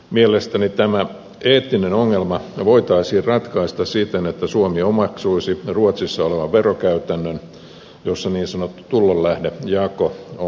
mielestäni tämä eettinen ongelma voitaisiin ratkaista siten että suomi omaksuisi ruotsissa olevan verokäytännön jossa niin sanottu tulolähdejako on poistettu